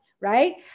right